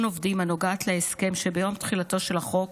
עובדים הנוגעת להסכם שביום תחילתו של החוק